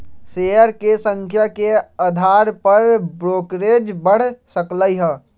share के संख्या के अधार पर ब्रोकरेज बड़ सकलई ह